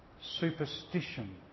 superstition